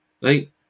right